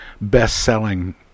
best-selling